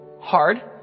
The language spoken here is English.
hard